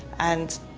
and.